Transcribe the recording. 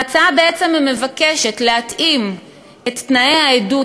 ההצעה בעצם מבקשת להתאים את תנאי העדות